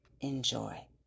Enjoy